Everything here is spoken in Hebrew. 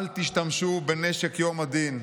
אל תשתמשו בנשק יום הדין.